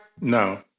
No